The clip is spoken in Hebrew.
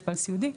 מטופל סיעודי,